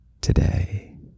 today